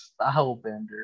stylebender